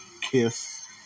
Kiss